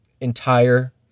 entire